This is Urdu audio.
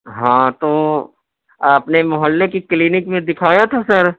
ہاں تو آپ نے محلے کی کلینک میں دکھایا تھا سر